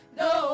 no